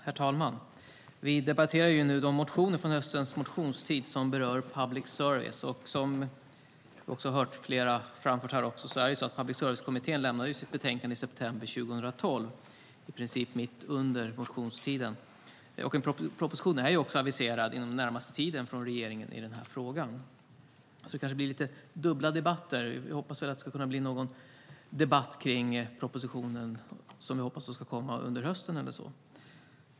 Herr talman! Vi debatterar nu de motioner från höstens motionstid som berör public service. Som vi har hört flera framföra här lämnade Public service-kommittén sitt betänkande i september 2012, i princip mitt under motionstiden. En proposition är också aviserad inom den närmaste tiden från regeringen i denna fråga. Det kanske blir lite dubbla debatter, men jag hoppas att det ska bli en debatt kring propositionen under hösten eller så.